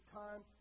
time